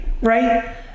right